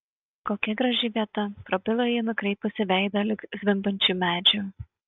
kokia graži vieta prabilo ji nukreipusi veidą link zvimbiančių medžių